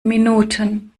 minuten